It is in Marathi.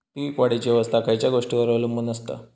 पीक वाढीची अवस्था खयच्या गोष्टींवर अवलंबून असता?